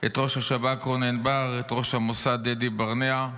את ראש השב"כ רונן בר, את ראש המוסד דדי ברנע,